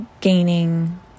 gaining